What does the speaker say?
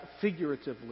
figuratively